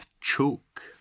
choke